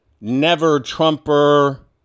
never-Trumper